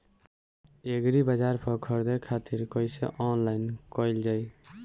एग्रीबाजार पर खरीदे खातिर कइसे ऑनलाइन कइल जाए?